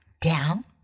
down